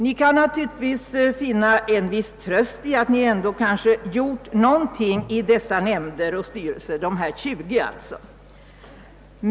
Ni kan naturligtvis finna en viss tröst i att ni kanske ändå gjort någonting i dessa tjugo nämnder och styrelser.